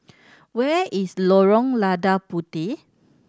where is Lorong Lada Puteh